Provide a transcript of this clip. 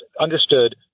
understood